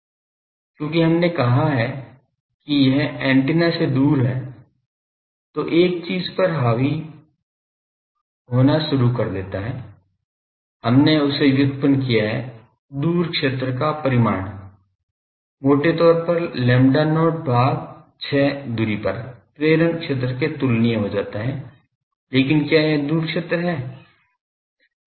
क्योंकि हमने कहा है कि यह ऐन्टेना से दूर है जो एक चीज पर हावी होना शुरू कर देता है हमने उसे व्युत्पन्न किया है दूर क्षेत्र का परिमाण मोटे तौर पर lambda not भाग 6 दुरी पर प्रेरण क्षेत्र के तुलनीय हो जाता है लेकिन क्या यह दूर क्षेत्र है